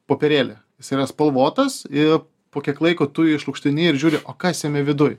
popierėlį jis yra spalvotas ir po kiek laiko tu jį išlukšteni ir žiūri o kas jame viduj